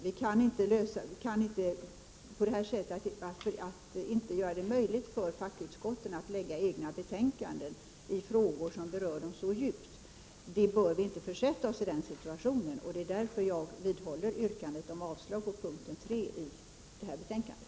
Vi kan inte på det här sättet göra det omöjligt för fackutskotten att lägga fram egna betänkanden i frågor som berör dem så djupt. Vi bör inte försätta oss i den situationen. Därför vidhåller jag yrkandet om avslag på punkt 3 i hemställan.